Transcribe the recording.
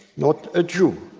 not a jew.